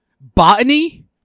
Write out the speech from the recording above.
Botany